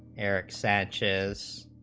eric sanchez